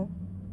mm